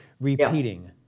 repeating